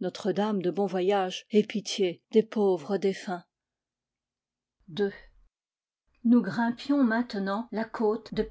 notredame de bon voyage ait pitié des pauvres défunts noua grimpions maintenant la côte de